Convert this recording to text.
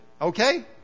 okay